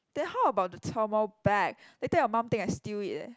then how about the thermal bag later your mum think I steal it eh